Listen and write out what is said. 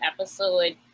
episode